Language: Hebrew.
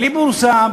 בלי בורסה,